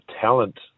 talent